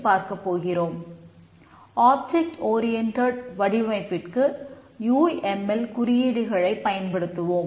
தற்போது object oriented குறியீடுகளைப் பயன்படுத்துவோம்